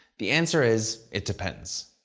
the answer is it depends.